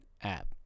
app